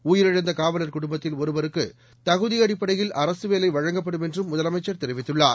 உயிரிழந்த காவலர் குடும்பத்தில் ஒருவருக்கு தகுதி அடிப்படையில் அரசு வேலை வழங்கப்படும் என்றும் முதலமைச்சர் தெரிவித்துள்ளார்